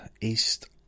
East